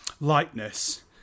lightness